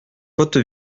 cote